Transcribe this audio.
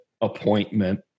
appointment